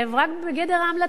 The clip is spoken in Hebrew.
רק בגדר המלצה,